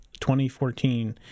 2014